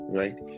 right